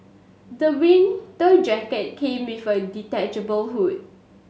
the winter jacket came with a detachable hood